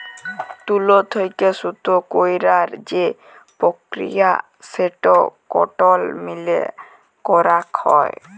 তুলো থেক্যে সুতো কইরার যে প্রক্রিয়া সেটো কটন মিলে করাক হয়